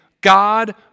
God